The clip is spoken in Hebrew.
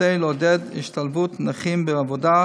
כדי לעודד השתלבות נכים בעבודה,